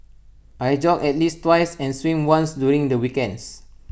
I jog at least twice and swim once during the weekends